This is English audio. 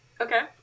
Okay